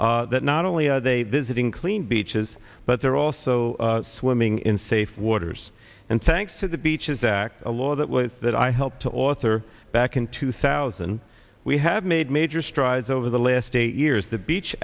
elsewhere that not only are they this it in clean beaches but they're also swimming in safe waters and thanks to the beaches act a law that was that i helped to author back in two thousand we have made major strides over the last eight years the beach